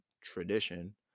tradition